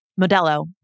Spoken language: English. Modelo